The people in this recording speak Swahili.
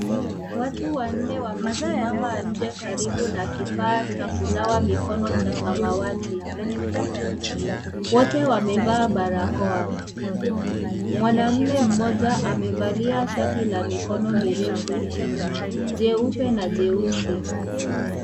Watu wanne wamesimama nje karibu na kifaa cha kunawa mkono cha samawati wote wamevaa barakoa mwanaume mmoja amevalia shati la mikono mirefu jeupe na jeusi.